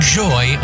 joy